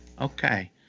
Okay